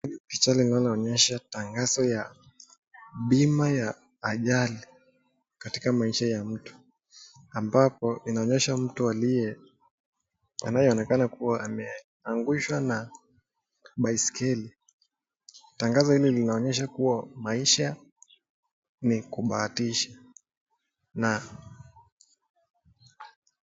Picha linaloonyesha tangazo ya bima ya ajali katika maisha ya mtu ambapo inaonyesha mtu aliye anayeonekana kuwa ameangushwa na baiskeli. Tangazo hilo linaonyesha kuwa maisha ni kubahatisha.